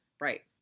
Right